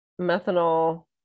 methanol